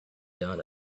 done